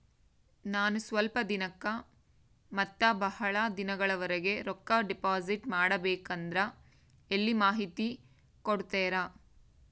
ನಾನು ಸ್ವಲ್ಪ ದಿನಕ್ಕ ಮತ್ತ ಬಹಳ ದಿನಗಳವರೆಗೆ ರೊಕ್ಕ ಡಿಪಾಸಿಟ್ ಮಾಡಬೇಕಂದ್ರ ಎಲ್ಲಿ ಮಾಹಿತಿ ಕೊಡ್ತೇರಾ?